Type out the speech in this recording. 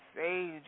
Sage